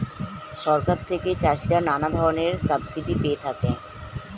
সরকার থেকে চাষিরা নানা ধরনের সাবসিডি পেয়ে থাকে